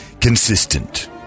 Consistent